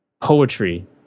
poetry